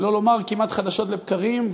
שלא לומר כמעט חדשות לבקרים,